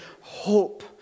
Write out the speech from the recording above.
hope